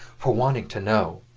for wanting to know.